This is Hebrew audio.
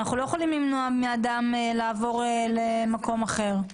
אנחנו לא יכולים למנוע מאדם לעבור למקום אחר.